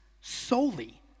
solely